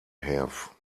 have